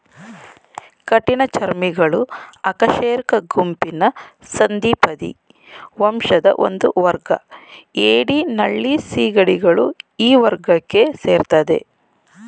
ಕಠಿಣಚರ್ಮಿಗಳು ಅಕಶೇರುಕ ಗುಂಪಿನ ಸಂಧಿಪದಿ ವಂಶದ ಒಂದುವರ್ಗ ಏಡಿ ನಳ್ಳಿ ಸೀಗಡಿಗಳು ಈ ವರ್ಗಕ್ಕೆ ಸೇರ್ತದೆ